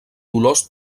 dolors